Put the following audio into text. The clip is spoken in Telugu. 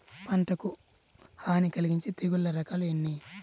పంటకు హాని కలిగించే తెగుళ్ల రకాలు ఎన్ని?